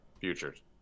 Futures